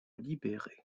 libérés